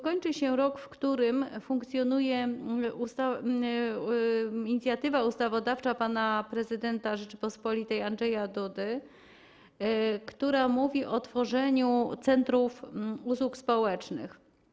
Kończy się rok, w którym funkcjonuje inicjatywa ustawodawcza pana prezydenta Rzeczypospolitej Andrzeja Dudy dotycząca tworzenia centrów usług społecznych.